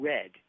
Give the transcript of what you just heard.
Red